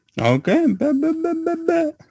Okay